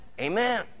amen